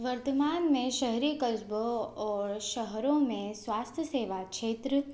वर्तमान में शहरी कस्बों और शहरों में स्वास्थ्य सेवा क्षेत्र